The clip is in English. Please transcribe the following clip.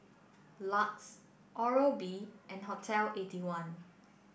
LUX Oral B and Hotel eighty one